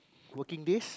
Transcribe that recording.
working days